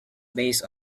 based